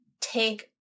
take